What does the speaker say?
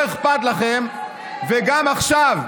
לא אכפת לכם, וגם עכשיו,